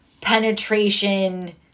penetration